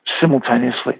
simultaneously